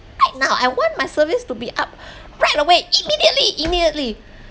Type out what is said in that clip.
right now I want my service to be up right away immediately immediately